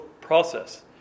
process